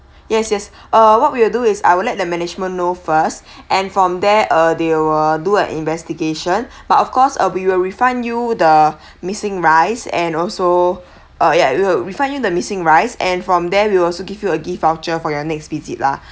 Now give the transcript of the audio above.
yes yes uh what we will do is I will let the management know first and from there uh they will do a investigation but of course uh we will refund you the missing rice and also uh yeah refund you the missing rice and from there we will also give you a gift voucher for your next visit lah